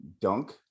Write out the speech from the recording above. dunk